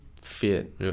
fit